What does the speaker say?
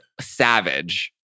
savage